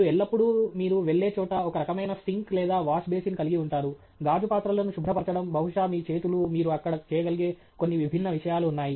మీరు ఎల్లప్పుడూ మీరు వెళ్లే చోట ఒక రకమైన సింక్ లేదా వాష్ బేసిన్ కలిగి ఉంటారు గాజు పాత్రలను శుభ్రపరచడం బహుశా మీ చేతులు మీరు అక్కడ చేయగలిగే కొన్ని విభిన్న విషయాలు ఉన్నాయి